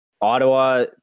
Ottawa